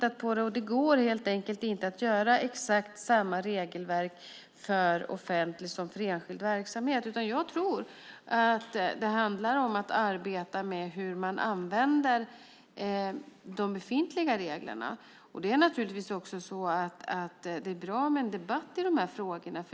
Det går helt enkelt inte att göra exakt samma regelverk för offentlig som för enskild verksamhet. Jag tror att det handlar om att arbeta med hur man använder de befintliga reglerna. Det är naturligtvis bra med en debatt i de här frågorna.